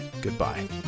goodbye